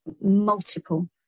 multiple